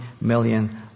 million